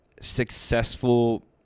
successful